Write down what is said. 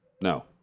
No